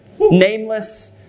nameless